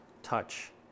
touch